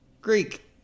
Greek